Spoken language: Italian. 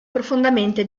profondamente